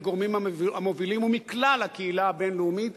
הגורמים המובילים ומכלל הקהילה הבין-לאומית,